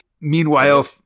Meanwhile